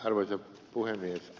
arvoisa puhemies